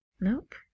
Nope